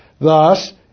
Thus